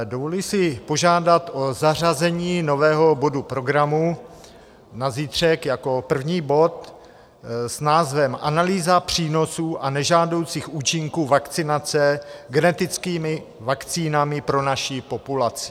Dovoluji si požádat o zařazení nového bodu programu na zítřek jako první bod s názvem Analýza přínosů a nežádoucích účinků vakcinace genetickými vakcínami pro naši populaci.